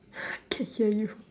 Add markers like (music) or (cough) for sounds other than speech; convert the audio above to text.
(laughs) I can hear you from